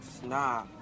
Nah